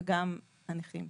וגם הנכים.